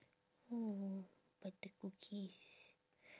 oh butter cookies